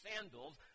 sandals